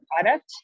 product